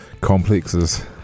complexes